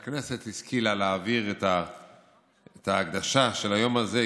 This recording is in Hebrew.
אז הכנסת השכילה להעביר את ההקדשה של היום הזה,